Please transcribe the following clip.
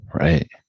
right